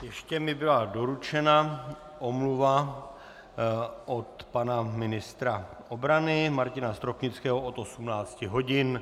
Ještě mi byla doručena omluva od pana ministra obrany Martina Stropnického od 18 hodin.